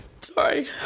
Sorry